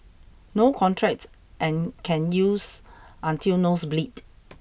no contract and can use until nose bleed